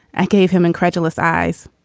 i gave him incredulous eyes.